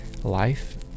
life